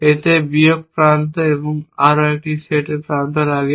এতে বিয়োগ প্রান্ত এবং আরও এক সেট প্রান্ত লাগে